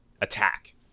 attack